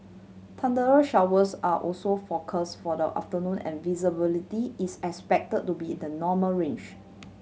thundery showers are also forecast for the afternoon and visibility is expected to be in the normal range